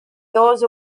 those